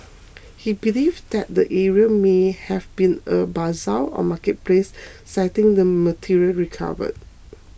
he believed that the area may have been a bazaar or marketplace citing the material recovered